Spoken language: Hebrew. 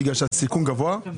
כי הסיכון גבוה?